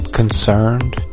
concerned